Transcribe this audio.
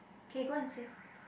k go and save